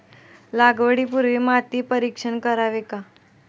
लागवडी पूर्वी माती परीक्षण करावे का?